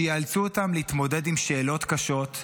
שייאלצו אותן להתמודד עם שאלות קשות,